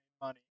money